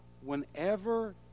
whenever